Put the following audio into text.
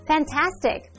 Fantastic